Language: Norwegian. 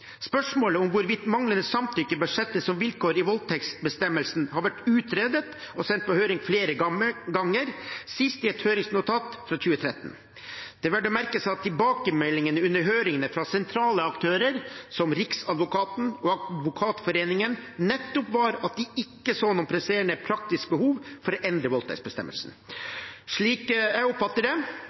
Spørsmålet om hvorvidt manglende samtykke bør settes som vilkår i voldtektsbestemmelsen, har vært utredet og sendt på høring flere ganger, sist i et høringsnotat fra 2013. Det er verdt å merke seg at tilbakemeldingene under høringene fra sentrale aktører som Riksadvokaten og Advokatforeningen nettopp var at de ikke så noen presserende praktiske behov for å endre voldtektsbestemmelsen. Slik jeg oppfatter det,